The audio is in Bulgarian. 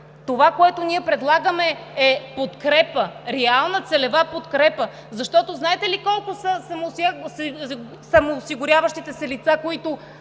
Това, което ние предлагаме, е подкрепа, реална целева подкрепа! Знаете ли колко са самоосигуряващите се лица,